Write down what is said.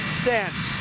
stance